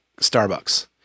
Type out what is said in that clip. Starbucks